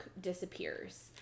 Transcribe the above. disappears